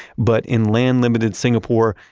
but in land-limited singapore,